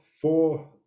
four